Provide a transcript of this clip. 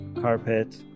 carpet